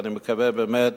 ואני מקווה באמת